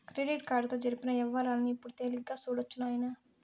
credit కార్డుతో జరిపిన యవ్వారాల్ని ఇప్పుడు తేలిగ్గా సూడొచ్చు నాయనా